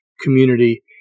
community